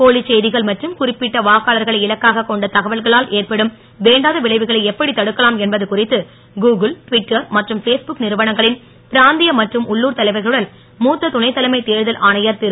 போலிச் செ கள் மற்றும் குறிப்பிட்ட வாக்காளர்களை இலக்காகக் கொண்ட தகவல்களால் ஏற்படும் வேண்டாத விளைவுகளை எப்படித் தடுக்கலாம் என்பது குறித்து கூகுள் ட்விட்டர் மற்றும் பேஸ்புக் றுவனங்களின் பிராந் ய மற்றும் உள்ளூர் தலைவர்களுடன் துணைத்தலைமை தேர்தல் ஆணையர் ரு